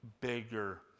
bigger